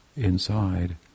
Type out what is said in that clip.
inside